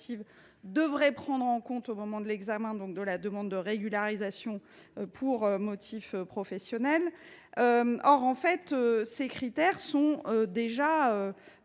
devrait prendre en compte au moment de l’examen de la demande de régularisation pour motif professionnel. Or ces critères sont